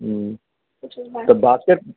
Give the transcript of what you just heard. हूं त बास्केट